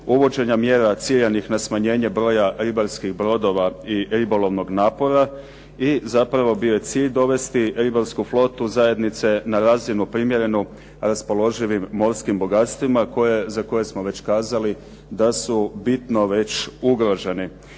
uvođenja mjera ciljanih na smanjenje broja ribarskih brodova i ribolovnog napora i zapravo bio je cilj dovesti ribarsku flotu zajednice na razini primjerenu raspoloživim morskih bogatstvima za koje smo već kazali da su bitno već ugroženi.